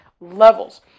levels